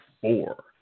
four